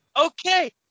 Okay